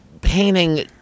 painting